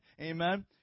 amen